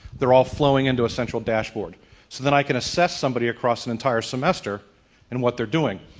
they're all flowing into a central dashboard. so then i can assess somebody across an entire semester and what they're doing.